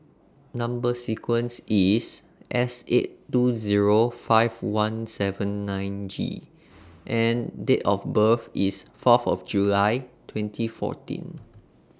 Number sequence IS S eight two Zero five one seven nine G and Date of birth IS Fourth of July twenty fourteen